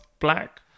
black